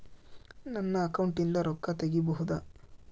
ನನ್ನ ಅಕೌಂಟಿಂದ ರೊಕ್ಕ ತಗಿಬಹುದಾ?